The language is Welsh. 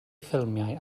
ffilmiau